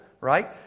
right